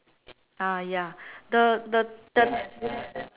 ah ya the the the